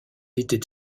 était